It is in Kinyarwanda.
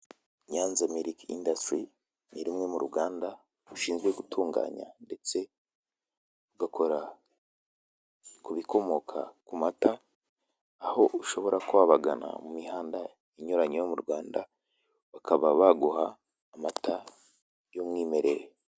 Nyanza milk industries, ni rumwe mu ruganda rushinzwe gutunganya, ndetse rugakora ku bikomoka ku mata, aho ushobora kuba wabagana mu mihanda inyuranye yo mu Rwanda, bakaba baguha amata y'umwimerere.